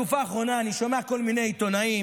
בתקופה האחרונה אני שומע כל מיני עיתונאים,